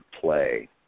play